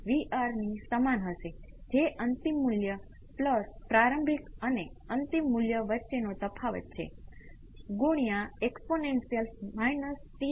વિદ્યાર્થી જ્યારે તમારી પાસે કેપેસિટરની કેટલીક પ્રારંભિક સ્થિતિ હોય ત્યારે બે સ્રોતોમાંથી કુલ રિસ્પોન્સ ને સુપરપોઝ કરવાનો પ્રયાસ કરો